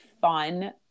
fun